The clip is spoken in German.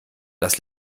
das